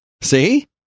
See